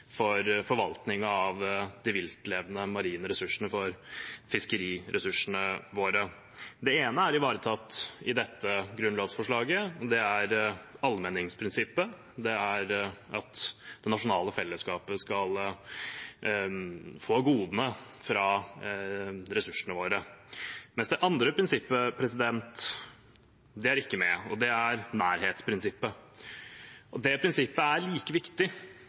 for forvaltningen av de viltlevende marine ressursene, for fiskeriressursene våre. Det ene er ivaretatt i dette grunnlovsforslaget, og det er allmenningsprinsippet, at det nasjonale fellesskapet skal få godene fra ressursene våre. Men det andre prinsippet er ikke med. Det er nærhetsprinsippet, og det prinsippet er like viktig